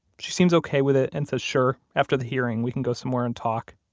she seems ok with it and says, sure, after the hearing we can go somewhere and talk.